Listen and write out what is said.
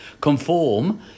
conform